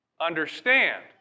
understand